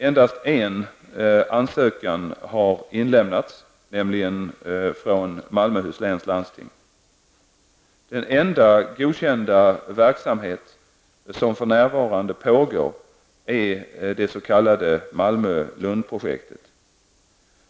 Endast en ansökan har inlämnats, nämligen från Den enda godkända verksamhet som för närvarande pågår är det s.k. Malmö--Lundprojektet.